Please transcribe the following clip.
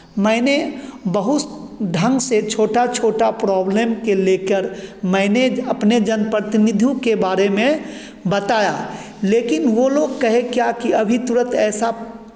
मैंने बहुत ढंग से छोटा छोटा प्रॉब्लम के लेकर मैंने अपने जन प्रतिनिधियों के बारे में बताया लेकिन वो लोग कहे क्या कि अभी तुरन्त ऐसा